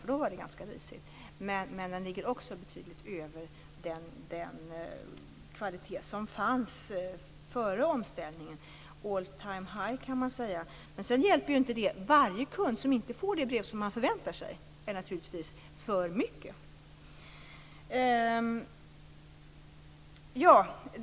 Då var det ganska risigt. Men den ligger också betydligt över den kvalitet som fanns före omställningen. Man kan säga att det är all time high. Men det hjälper inte just den kund som inte får det brev som han förväntar sig att få. För honom är det naturligtvis för mycket.